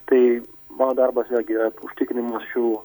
tai mano darbas vėlgi yra užtikrinimas šių